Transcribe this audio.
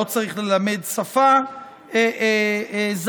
לא צריך ללמד שפה זרה,